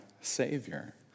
Savior